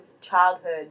childhood